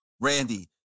Randy